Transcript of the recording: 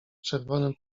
czerwonym